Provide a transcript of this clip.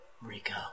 Rico